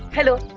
hello.